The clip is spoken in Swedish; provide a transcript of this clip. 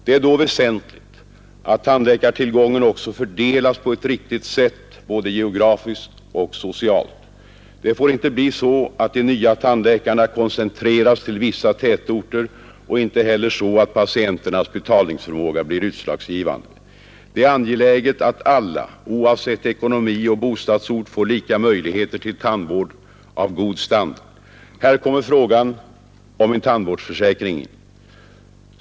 Det är då väsentligt att tandläkartillgången också fördelas på ett riktigt sätt både geografiskt och socialt. Det får inte bli så att de nya tandläkarna koncentreras till vissa tätorter och inte heller så att patientens betalningsförmåga blir utslagsgivande. Det är angeläget att alla oavsett ekonomi och bostadsort får lika möjligheter till tandvård av god standard. Här kommer frågan om en tandvårdsförsäkring in.